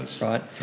right